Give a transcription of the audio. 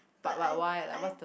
but I I